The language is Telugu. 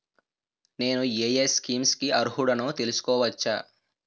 నేను యే యే స్కీమ్స్ కి అర్హుడినో తెలుసుకోవచ్చా?